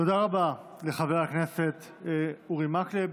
תודה רבה לחבר הכנסת אורי מקלב.